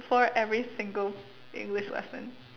for every single English lesson